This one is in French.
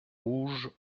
rouge